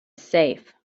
safe